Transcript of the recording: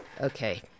Okay